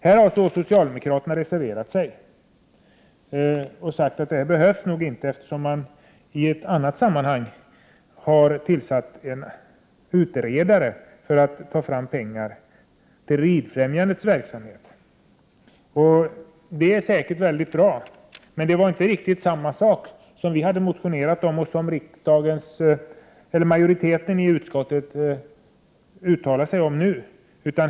Här har socialdemokraterna reserverat sig och sagt att det inte behövs, eftersom man i annat sammanhang har tillsatt en utredare för att få fram pengar för Ridfrämjandets verksamhet. Det är säkert bra, men det är inte samma sak som vi har motionerat om och som majoriteten i utskottet uttalat sig för.